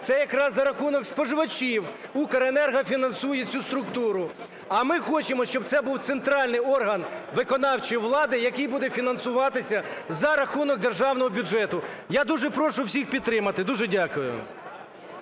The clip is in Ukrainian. це якраз за рахунок споживачів "Укренерго" фінансує цю структуру, а ми хочемо, щоб це був центральний орган виконавчої влади, який буде фінансуватися за рахунок державного бюджету. Я дуже прошу всіх підтримати. Дуже дякую.